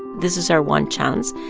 this is our one chance,